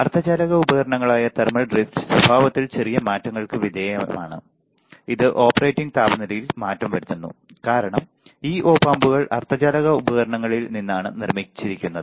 അർദ്ധചാലക ഉപകരണങ്ങളായ thermal drift സ്വഭാവത്തിൽ ചെറിയ മാറ്റങ്ങൾക്ക് വിധേയമാണ് ഇത് ഓപ്പറേറ്റിങ് താപനിലയിൽ മാറ്റം വരുത്തുന്നു കാരണം ഈ ഒപ് ആമ്പുകൾ അർദ്ധചാലക ഉപകരണങ്ങളിൽ നിന്നാണ് നിർമ്മിച്ചിരിക്കുന്നത്